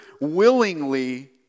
willingly